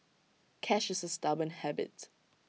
cash is A stubborn habit